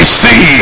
see